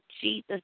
Jesus